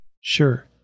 Sure